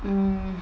um